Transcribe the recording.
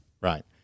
Right